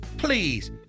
Please